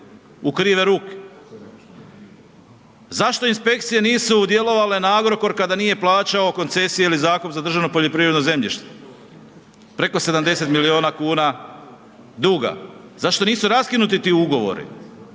krive ruke? Zašto inspekcije nisu djelovale na Agrokor kada nije plaćao koncesije ili zakup za državno poljoprivredno zemljište, preko 70 milijuna kuna duga, zašto nisu raskinuti ti ugovori,